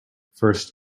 first